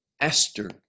Esther